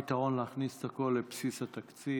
הפתרון: להכניס את הכול לבסיס התקציב.